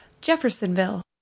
Jeffersonville